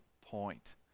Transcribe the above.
point